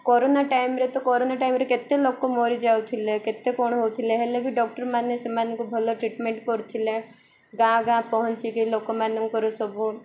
corona ଟାଇମ୍ରେ ତ corona ଟାଇମ୍ରେ କେତେ ଲୋକ ମରିଯାଉଥିଲେ କେତେ କ'ଣ ହେଉଥିଲେ ହେଲେ ବି ଡକ୍ଟର ମାନେ ସେମାନଙ୍କୁ ଭଲ ଟ୍ରିଟମେଣ୍ଟ କରୁଥିଲେ ଗାଁ ଗାଁ ପହଞ୍ଚିକି ଲୋକମାନଙ୍କର ସବୁ